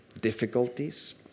difficulties